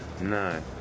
No